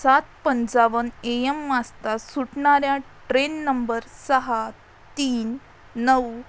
सात पंचावन A M वाजता सुटणाऱ्या ट्रेन नंबर सहा तीन नऊ